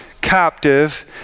captive